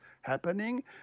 happening